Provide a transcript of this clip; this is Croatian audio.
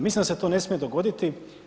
Mislim da s to ne smije dogoditi.